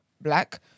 black